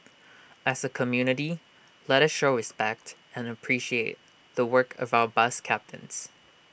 as A community let us show respect and appreciate the work of our bus captains